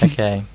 Okay